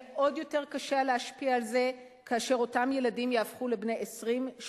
יהיה עוד יותר קשה להשפיע על זה כאשר אותם ילדים יהפכו לבני 20,